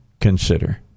consider